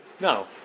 No